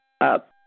up